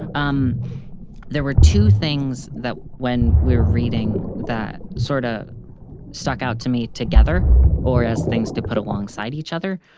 um there were two things that when we were reading that sorta stuck out to me together or as things to put alongside each other.